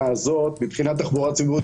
מבחינת תחבורה ציבורית,